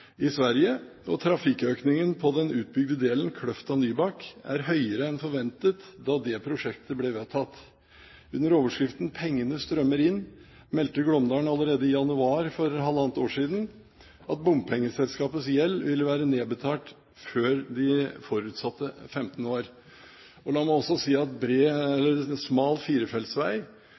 i Sverige, og trafikkøkingen på den utbygde delen, Kløfta–Nybakk, er høyere enn forventet da det prosjektet ble vedtatt. Under overskriften «Pengene strømmer inn» meldte Glåmdalen allerede i januar for halvannet år siden at bompengeselskapets gjeld ville være nedbetalt før de forutsatte 15 år. La meg også si at